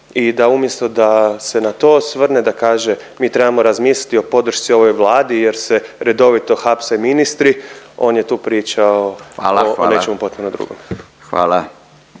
i da umjesto da se na to osvrne, da kaže mi trebamo razmisliti o podršci ovoj Vladi jer se redovito hapse ministri, on je tu pričao o, o …/Upadica Radin: Hvala,